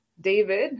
David